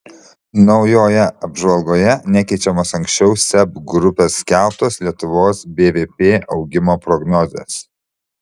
naujoje apžvalgoje nekeičiamos anksčiau seb grupės skelbtos lietuvos bvp augimo prognozės